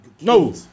No